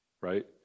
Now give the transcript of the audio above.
right